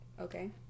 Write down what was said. Okay